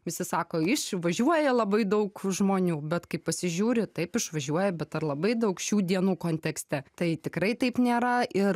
visi sako išvažiuoja labai daug žmonių bet kai pasižiūri taip išvažiuoja bet ar labai daug šių dienų kontekste tai tikrai taip nėra ir